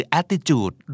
attitude